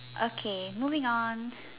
okay moving on